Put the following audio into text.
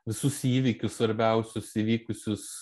visus įvykius svarbiausius įvykusius